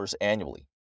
annually